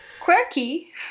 quirky